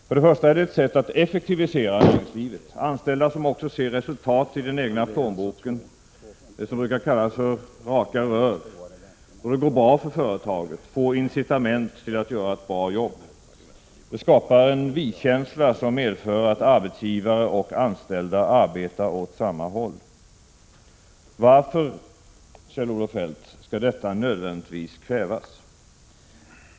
För det första är det ett sätt att effektivisera näringslivet. Anställda som ser resultat i den egna plånboken — det som brukar kallas för raka rör — då det går bra för företaget, får incitament till att göra ett bra jobb. Det skapar en vi-känsla som medför att arbetsgivare och anställda arbetar åt samma håll. Varför, Kjell-Olof Feldt, skall detta nödvändigtvis kvävas?